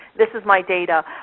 this is my data,